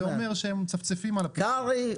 אז זה אומר שהם מצפצפים --- קרעי,